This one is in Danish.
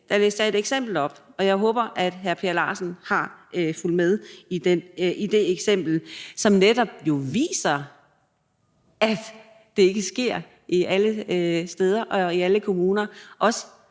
jeg et eksempel op, og jeg håber, at hr. Per Larsen har fulgt med i det eksempel, som jo netop viser, at det ikke sker alle steder og i alle kommuner.